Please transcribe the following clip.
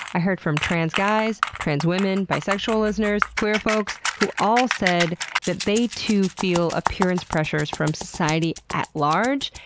i heard from trans guys, trans women, bisexual listeners, queer folks, who all said that they too feel appearance pressures from society at large,